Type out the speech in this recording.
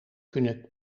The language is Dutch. kunnen